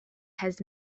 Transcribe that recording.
has